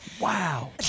Wow